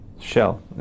Shell